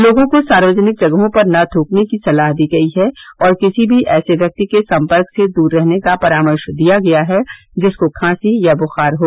लोगों को सार्वजनिक जगहों पर न थूकने की सलाह दी गई है और किसी भी ऐसे व्यक्ति के संपर्क से दूर रहने का परामर्श दिया गया है जिसको खांसी या बुखार हो